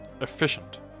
efficient